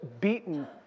beaten